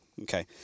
Okay